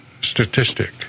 statistic